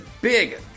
Big